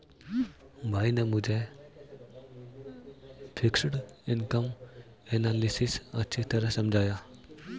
भाई ने मुझे फिक्स्ड इनकम एनालिसिस अच्छी तरह समझाया